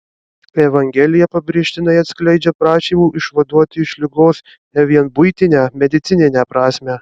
evangelija pabrėžtinai atskleidžia prašymų išvaduoti iš ligos ne vien buitinę medicininę prasmę